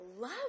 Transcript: love